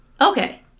Okay